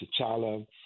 t'challa